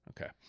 Okay